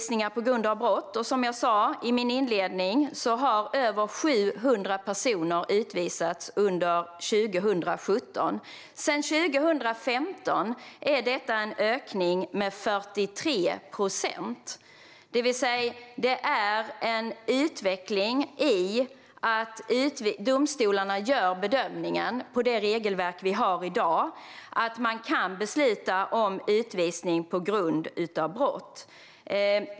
Som jag sa i min inledning har över 700 personer utvisats på grund av brott under 2017. Sedan 2015 är det en ökning med 43 procent. Det är en utveckling där domstolarna gör bedömningen, baserat på det regelverk vi har i dag, att de kan besluta om utvisning på grund av brott.